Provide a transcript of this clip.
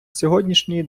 сьогоднішній